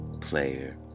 Player